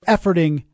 Efforting